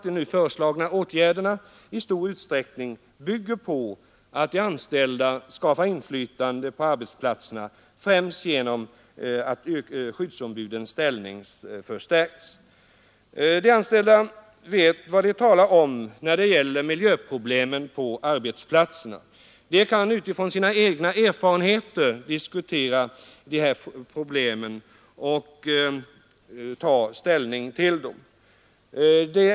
De nu föreslagna åtgärderna bygger i stor utsträckning på att de anställda skall få inflytande på arbetsplatserna, främst genom att skyddsombudens ställning stärks. De anställda vet vad de talar om när det gäller miljöproblemen på arbetsplatserna. De kan med utgångspunkt i sina egna erfarenheter diskutera dessa problem och ta ställning till dem.